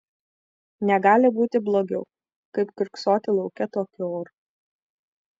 negali būti blogiau kaip kiurksoti lauke tokiu oru